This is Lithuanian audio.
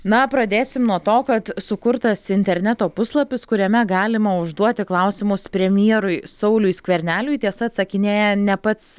na pradėsim nuo to kad sukurtas interneto puslapis kuriame galima užduoti klausimus premjerui sauliui skverneliui tiesa atsakinėja ne pats